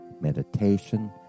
meditation